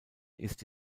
ist